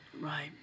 Right